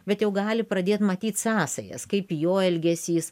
bet jau gali pradėt matyt sąsajas kaip jo elgesys